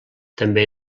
també